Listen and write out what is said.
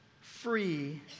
Free